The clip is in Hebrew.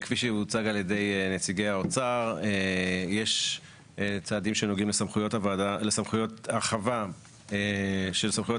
כפי שהוצג על ידי נציגי האוצר יש צעדים שנוגעים לסמכויות הרחבה של סמכויות